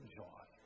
joy